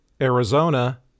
Arizona